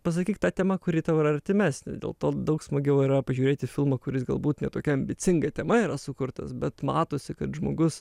pasakyk ta tema kuri tau yra artimesnė dėl to daug smagiau yra pažiūrėti filmą kuris galbūt ne tokia ambicinga tema yra sukurtas bet matosi kad žmogus